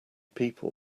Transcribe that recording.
people